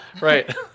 Right